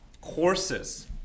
courses